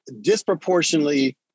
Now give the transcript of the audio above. disproportionately